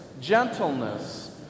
gentleness